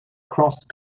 crossed